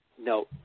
no